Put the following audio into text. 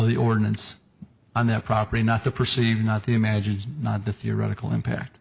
the ordinance on that property not the perceived not the imagined not the theoretical impact